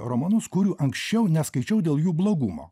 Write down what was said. romanus kurių anksčiau neskaičiau dėl jų blogumo